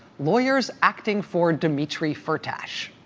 lawyers acting for dmitri firtash?